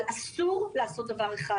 אבל אסור לעשות דבר אחד